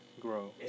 grow